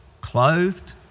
clothed